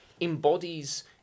embodies